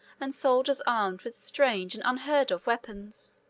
and soldiers armed with strange and unheard-of weapons.